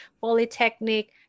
polytechnic